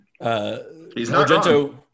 Argento